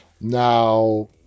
Now